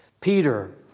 Peter